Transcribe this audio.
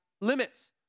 limits